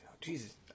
Jesus